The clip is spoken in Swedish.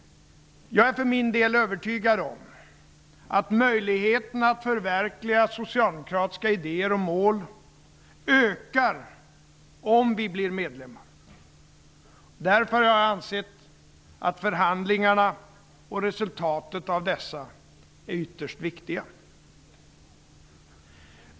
Jag är för min del övertygad om att möjligheterna att förverkliga socialdemokratiska idéer och mål ökar om vi blir medlemmar. Därför har jag ansett att förhandlingarna och resultatet av dessa är ytterst viktiga.